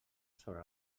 sobre